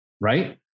Right